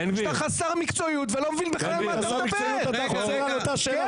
כי אנחנו צריכים להתחיל לכתוב על זה תשובה בבוקר.